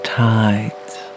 tides